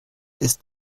ist